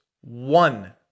One